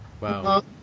Wow